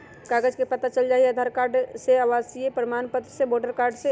कागज से पता चल जाहई, आधार कार्ड से, आवासीय प्रमाण पत्र से, वोटर कार्ड से?